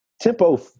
tempo